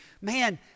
man